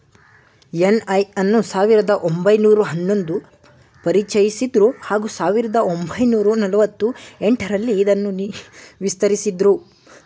NI ಅನ್ನು ಸಾವಿರದ ಒಂಬೈನೂರ ಹನ್ನೊಂದು ಪರಿಚಯಿಸಿದ್ರು ಹಾಗೂ ಸಾವಿರದ ಒಂಬೈನೂರ ನಲವತ್ತ ಎಂಟರಲ್ಲಿ ಇದನ್ನು ವಿಸ್ತರಿಸಿದ್ರು